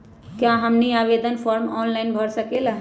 क्या हमनी आवेदन फॉर्म ऑनलाइन भर सकेला?